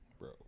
bro